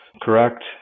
correct